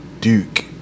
Duke